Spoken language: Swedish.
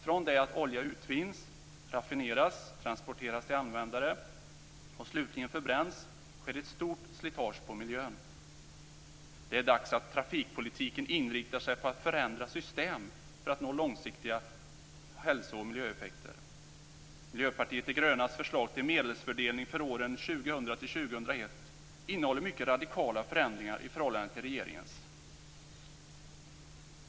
Från det att olja utvinns - raffineras - transporteras till användare och slutligen förbränns sker ett stort slitage på miljön. Det är dags att trafikpolitiken inriktar sig på att förändra system för att nå långsiktiga hälso och miljöeffekter. Miljöpartiet de grönas förslag till medelsfördelning för åren 2000-2001 innehåller mycket radikala förändringar i förhållande till regeringens.